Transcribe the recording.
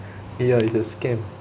eh ya it's a scam